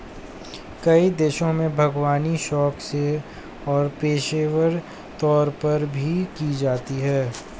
कई देशों में बागवानी शौक से और पेशेवर तौर पर भी की जाती है